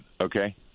okay